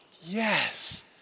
yes